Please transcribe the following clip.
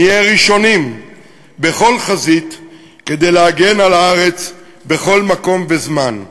נהיה ראשונים בכל חזית כדי להגן על הארץ בכל מקום וזמן.